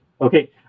Okay